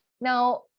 Now